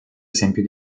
esempio